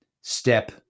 step